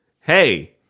hey